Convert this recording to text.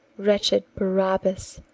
wretched barabas,